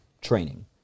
training